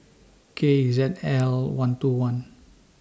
K Z L one two one